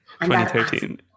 2013